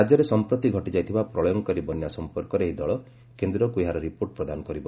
ରାଜ୍ୟରେ ସମ୍ପ୍ରତି ଘଟିଯାଇଥିବା ପ୍ରଳୟଙ୍କରୀ ବନ୍ୟା ସମ୍ପର୍କରେ ଏହି ଦଳ କେନ୍ଦ୍ରକୁ ଏହାର ରିପୋର୍ଟ ପ୍ରଦାନ କରିବ